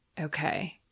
Okay